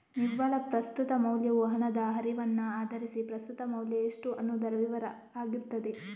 ನಿವ್ವಳ ಪ್ರಸ್ತುತ ಮೌಲ್ಯವು ಹಣದ ಹರಿವನ್ನ ಆಧರಿಸಿ ಪ್ರಸ್ತುತ ಮೌಲ್ಯ ಎಷ್ಟು ಅನ್ನುದರ ವಿವರ ಆಗಿರ್ತದೆ